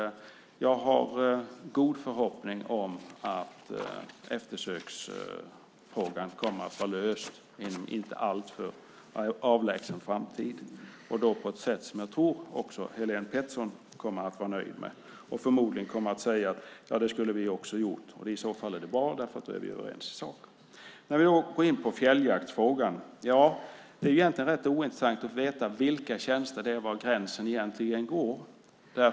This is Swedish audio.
Jag har goda förhoppningar om att eftersöksfrågan kommer att vara löst inom en inte alltför avlägsen framtid, och då på ett sätt som jag tror att också Helén Pettersson kommer att vara nöjd med. Förmodligen kommer hon att säga: Ja, det skulle vi också ha gjort. I så fall är det bra, därför att då är vi överens i sak. När det gäller fjälljaktsfrågan är det egentligen rätt ointressant att veta vilka tjänster det handlar om och var gränsen egentligen går.